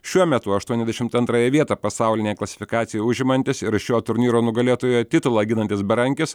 šiuo metu aštuoniasdešimt antrąją vietą pasaulinėj klasifikacijoj užimantis ir šio turnyro nugalėtojo titulą ginantis berankis